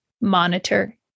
monitor